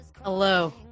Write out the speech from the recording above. Hello